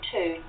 Two